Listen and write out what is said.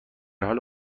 حال